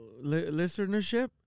listenership